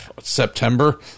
september